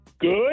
Good